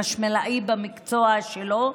חשמלאי במקצוע שלו.